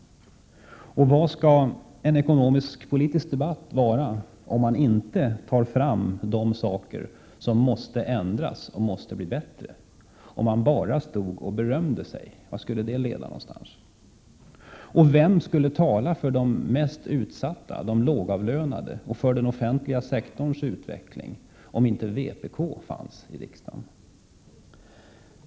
Vad skall en ekonomisk-politisk debatt vara om man inte tar fram de saker som måste ändras och bli bättre? Om man bara står och berömmer sig, vart leder det? Vem skulle tala för de mest utsatta, de lågavlönade och för den offentliga sektorns utveckling om inte vpk fanns i riksdagen?